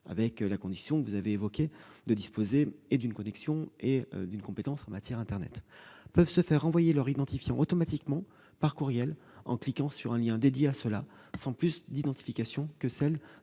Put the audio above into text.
à la condition que vous avez évoquée de disposer d'une connexion et d'une compétence en matière d'internet, peuvent se faire renvoyer leur identifiant automatiquement par courriel en cliquant sur un lien dédié à cela, sans plus d'identification que celle